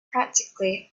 practically